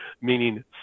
meaning